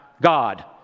God